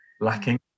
lacking